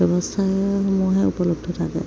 ব্যৱস্থাসমূহহে উপলব্ধ থাকে